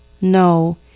No